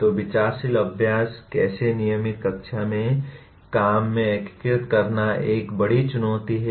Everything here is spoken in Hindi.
तो विचारशील अभ्यास कैसे नियमित कक्षा के काम में एकीकृत करना एक बड़ी चुनौती है